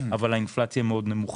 אבל האינפלציה מאוד נמוכה.